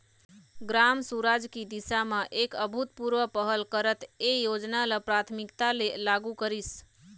ग्राम सुराज की दिशा म एक अभूतपूर्व पहल करत ए योजना ल प्राथमिकता ले लागू करिस